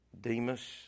Demas